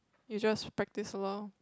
you just practice loh